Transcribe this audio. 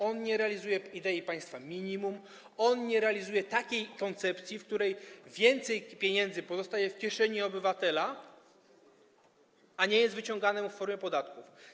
On nie realizuje idei państwa minimum, on nie realizuje takiej koncepcji, w której więcej pieniędzy pozostaje w kieszeni obywatela, a nie jest wyciągane od niego w formie podatków.